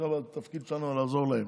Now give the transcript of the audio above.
עכשיו התפקיד שלנו לעזור להם.